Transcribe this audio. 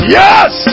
yes